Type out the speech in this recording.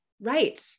right